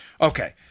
Okay